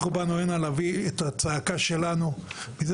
אנחנו באנו הנה להביא את הצעקה שלנו מזה